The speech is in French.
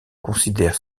considèrent